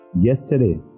yesterday